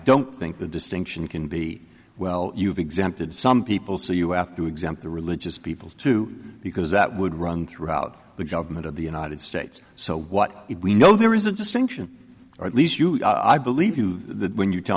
don't think the distinction can be well you've exempted some people so you have to exempt the religious people too because that would run throughout the government of the united states so what if we know there is a distinction or at least i believe that when you tell